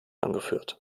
angeführt